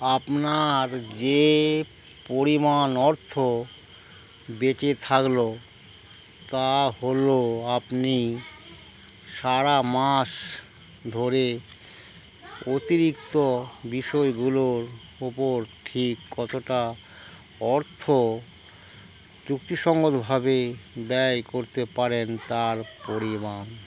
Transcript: আপনার যে পরিমাণ অর্থ বেঁচে থাকলো তা হলো আপনি সারা মাস ধরে অতিরিক্ত বিষয়গুলোর ওপর ঠিক কতটা অর্থ যুক্তিসংগতভাবে ব্যয় করতে পারেন তার পরিমাণ